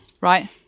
Right